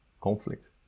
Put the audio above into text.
conflict